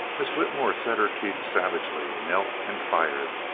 miss whitmore set her teeth savagely, knelt and fired,